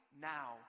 now